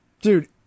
Dude